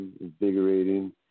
invigorating